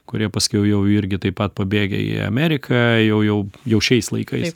kurie paskiau jau irgi taip pat pabėgę į ameriką jau jau jau šiais laikais